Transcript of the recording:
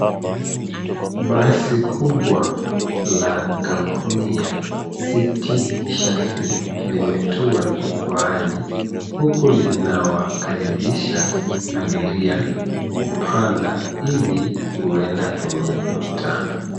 Basi kubwa la kampuni ya, city shuttle, limetua jukwaani huku linawakaribisha abiria kupanda ili kuenda kwenye mitaa.